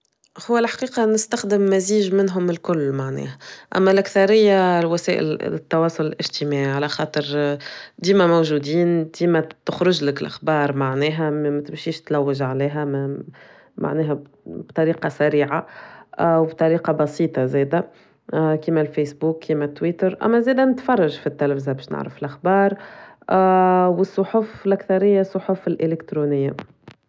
هو الحقيقة نستخدم مزيج منهم الكل معناها أما الأكثرية الوسائل التواصل الاجتماعي على خاطر ديما موجودين ديما بتخرجلك الأخبار معناها ما تبشيش تلوج عليها معناها بطريقة سريعة وبطريقة بسيطة زيادة كيما الفيسبوك كيما التويتر أما زيادة نتفرج في التلفيزا باش نعرف الأخبار والصحف الأكثرية صحف الإلكترونية.